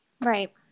Right